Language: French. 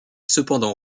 cependant